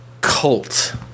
cult